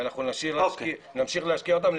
ואנחנו נמשיך להשקיע אותם,